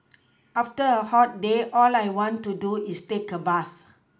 after a hot day all I want to do is take a bath